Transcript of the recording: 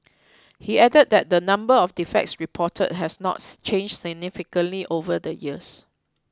he added that the number of defects reported has not changed significantly over the years